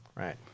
Right